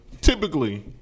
Typically